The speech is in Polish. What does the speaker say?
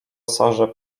sarze